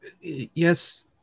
Yes